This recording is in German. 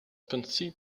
prinzip